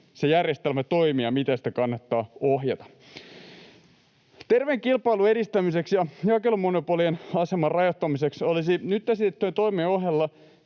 järjestelmä toimii ja miten sitä kannattaa ohjata. Terveen kilpailun edistämiseksi ja jakelumonopolien aseman rajoittamiseksi olisi nyt esitettyjen toimien ohella